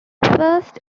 first